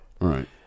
Right